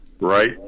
right